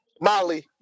Molly